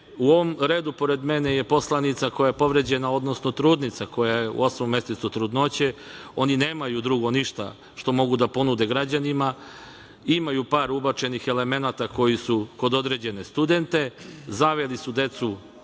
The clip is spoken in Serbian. U ovom redu pored mene je poslanica koja je povređena, odnosno trudnica koja je u osmom mesecu trudnoće. Oni nemaju drugo ništa što mogu da ponude građanima. Imaju par ubačenih elemenata koji su kod određenih studenata, zaveli su decu